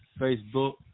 Facebook